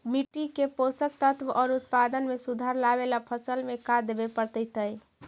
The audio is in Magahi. मिट्टी के पोषक तत्त्व और उत्पादन में सुधार लावे ला फसल में का देबे पड़तै तै?